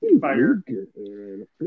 fire